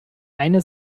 eine